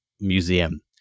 museum